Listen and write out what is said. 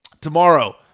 tomorrow